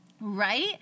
Right